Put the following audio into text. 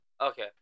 Okay